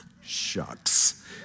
Shucks